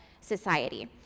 society